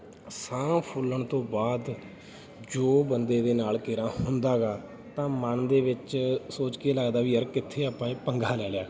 ਸਾਹ ਫੁੱਲਣ ਤੋਂ ਬਾਅਦ ਜੋ ਬੰਦੇ ਦੇ ਨਾਲ ਕੇਰਾ ਹੁੰਦਾ ਗਾ ਤਾਂ ਮਨ ਦੇ ਵਿੱਚ ਸੋਚ ਕੇ ਲੱਗਦਾ ਵੀ ਯਾਰ ਕਿੱਥੇ ਆਪਾਂ ਇਹ ਪੰਗਾ ਲੈ ਲਿਆ